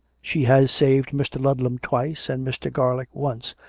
she has saved mr. ludlam twice, and mr. garlick once,